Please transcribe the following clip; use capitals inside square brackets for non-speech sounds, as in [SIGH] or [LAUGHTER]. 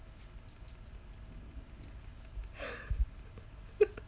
[LAUGHS]